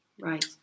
Right